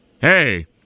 hey